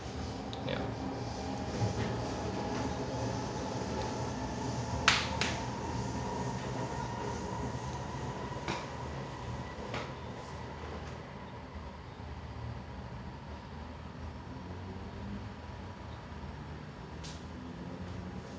ya